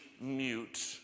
mute